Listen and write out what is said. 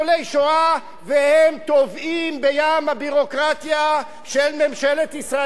והם טובעים בים הביורוקרטיה של ממשלת ישראל במשך שנים.